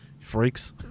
freaks